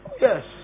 Yes